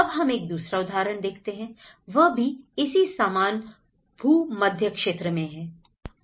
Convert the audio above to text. अब हम एक दूसरा उदाहरण देखते हैं वह भी इसी सामान भूमध्य क्षेत्र में है